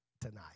tonight